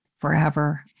forever